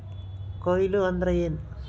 ಕೊಯ್ಲು ಅಂದ್ರ ಏನ್?